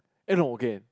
and no again